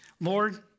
Lord